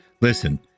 Listen